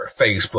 Facebook